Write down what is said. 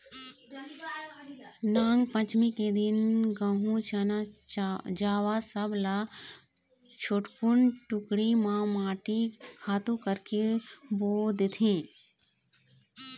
नागपंचमी के दिन गहूँ, चना, जवां सब ल छोटकुन टुकनी म माटी खातू करके बो देथे